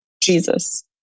Jesus